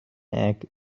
egg